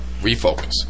Refocus